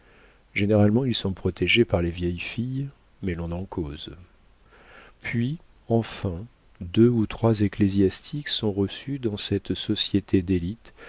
généralement ils sont protégés par les vieilles filles mais on en cause puis enfin deux ou trois ecclésiastiques sont reçus dans cette société d'élite